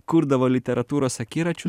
kurdavo literatūros akiračiu